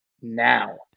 now